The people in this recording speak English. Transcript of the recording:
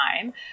time